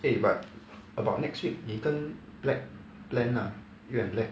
eh but about next week 你跟 black plan lah you and black